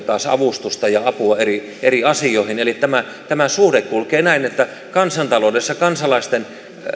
taas avustusta ja apua eri eri asioihin eli tämä suhde kulkee näin että kansantaloudessa kansalaisten